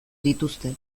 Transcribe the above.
dituzte